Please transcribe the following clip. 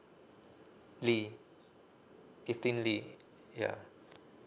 lee eflaine lee ya